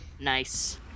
Nice